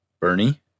Bernie